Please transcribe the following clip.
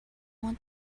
want